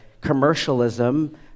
commercialism